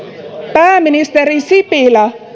pääministeri sipilä